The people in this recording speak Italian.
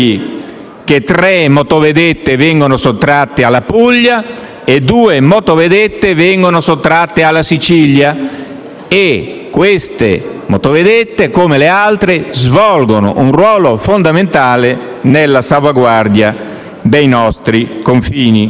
- tre motovedette vengono sottratte alla Puglia e due alla Sicilia e queste motovedette, così come le altre, svolgono un ruolo fondamentale nella salvaguardia dei nostri confini.